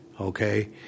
okay